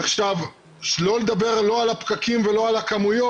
עכשיו, לא לדבר לא על הפקקים ולא על הכמויות,